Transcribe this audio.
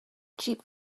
cheap